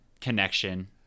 connection